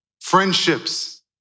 friendships